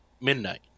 midnight